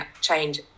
change